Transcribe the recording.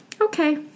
okay